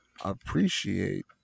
appreciate